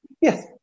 yes